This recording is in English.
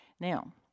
Now